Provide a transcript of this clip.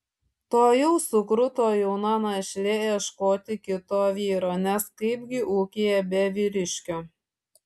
tuojau sukruto jauna našlė ieškoti kito vyro nes kaipgi ūkyje be vyriškio